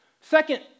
second